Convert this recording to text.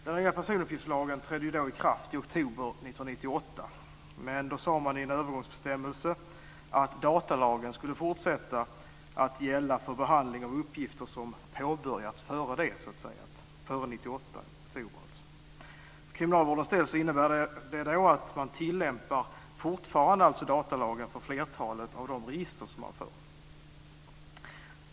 Den nya personuppgiftslagen trädde i kraft i oktober 1998, men då sade man i en övergångsbestämmelse att datalagen skulle fortsätta att gälla för behandling av uppgifter som påbörjats före oktober För kriminalvårdens del innebär det att man alltså fortfarande tillämpar datalagen för flertalet av de register som man för.